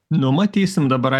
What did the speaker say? n umatysime dabar